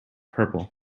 purple